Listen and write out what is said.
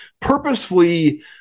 purposefully